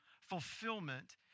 fulfillment